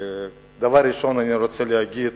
דבר ראשון אני רוצה להגיד,